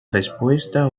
respuesta